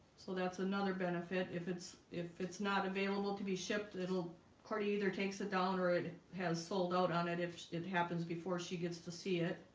so that's another benefit if it's if it's not available to be shipped it'll party either takes it down or it has sold out on it if it happens before she gets to see it